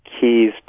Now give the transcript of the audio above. keys